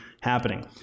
happening